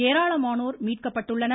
ஏராளமானோர் மீட்கப்பட்டனர்